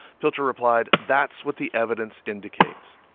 pilcher replied, that's what the evidence indicates.